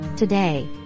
Today